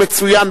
הלכתם מצוין,